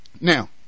now